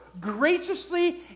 graciously